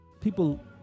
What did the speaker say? people